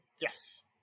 Yes